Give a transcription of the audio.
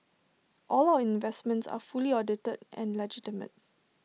all of investments are fully audited and legitimate